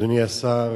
תודה, אדוני השר.